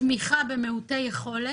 תמיכה במיעוטי יכולת.